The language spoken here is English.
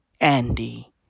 Andy